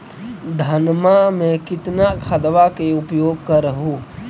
धानमा मे कितना खदबा के उपयोग कर हू?